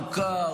עמוקה,